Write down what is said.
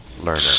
learner